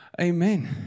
Amen